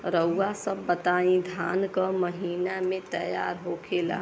रउआ सभ बताई धान क महीना में तैयार होखेला?